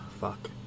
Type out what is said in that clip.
Fuck